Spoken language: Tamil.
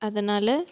அதனால்